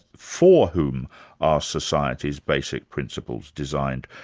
for whom are society's basic principles designed?